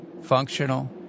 functional